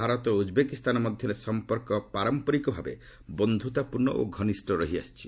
Bharat Uzbekistan ମଧ୍ୟରେ ସମ୍ପର୍କ ପାରମ୍ପରିକ ଭାବେ ବନ୍ଧୁତାପୂର୍ଣ୍ଣ ଓ ଘନିଷ୍ଠ ରହିଆସିଛି